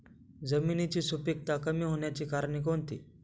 जमिनीची सुपिकता कमी होण्याची कारणे कोणती?